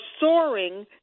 soaring